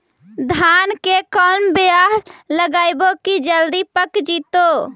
धान के कोन बियाह लगइबै की जल्दी पक जितै?